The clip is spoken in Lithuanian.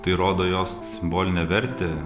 tai rodo jos simbolinę vertę